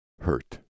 hurt